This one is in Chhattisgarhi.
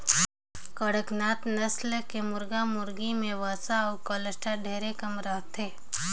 कड़कनाथ नसल के मुरगा मुरगी में वसा अउ कोलेस्टाल ढेरे कम रहथे